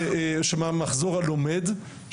מהמחזור הלומד.